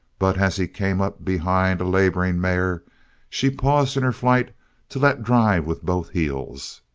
but as he came up behind a laboring mare she paused in her flight to let drive with both heels.